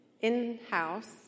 in-house